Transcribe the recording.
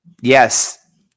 Yes